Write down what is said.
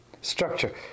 Structure